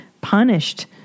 punished